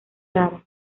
lara